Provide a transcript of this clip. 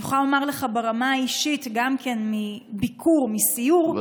אני יכולה לומר לך ברמה האישית, גם מביקור, מסיור,